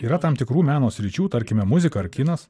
yra tam tikrų meno sričių tarkime muzika ar kinas